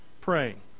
praying